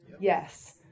Yes